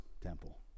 temple